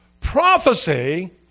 prophecy